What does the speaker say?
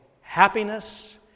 happiness